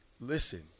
listen